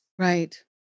Right